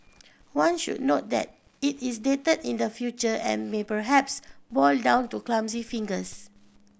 one should note that it is dated in the future and may perhaps boil down to clumsy fingers